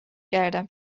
کردم